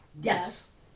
Yes